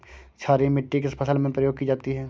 क्षारीय मिट्टी किस फसल में प्रयोग की जाती है?